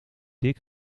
dik